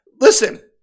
Listen